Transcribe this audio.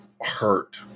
hurt